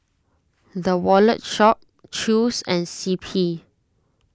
the Wallet Shop Chew's and C P